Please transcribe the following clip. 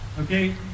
okay